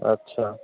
আচ্ছা